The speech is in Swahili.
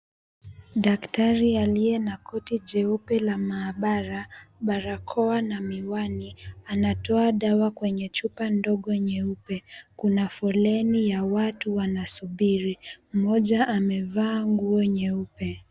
Daktari aliye na koti jeupe la maabara, barakoa na miwani, anatoa dawa kwenye chupa ndogo nyeupe. Kuna foleni ya watu wanasubiri. Mmoja amevaa nguo nyeupe.